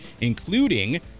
including